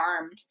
armed